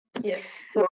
Yes